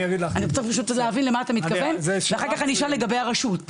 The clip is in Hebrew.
אני רוצה פשוט להבין למה אתה מתכוון ואחר כך אני אשאל לגבי הרשות.